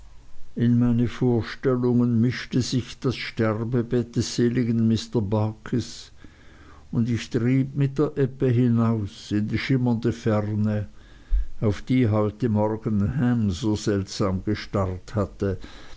in meine vorstellungen mischte sich das sterbebett des seligen mr barkis und ich trieb mit der ebbe hinaus in die schimmernde ferne auf die heute morgen ham so seltsam gestarrt hatte